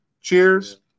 cheers